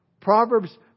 Proverbs